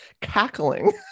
cackling